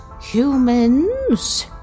humans